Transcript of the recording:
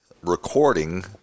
recording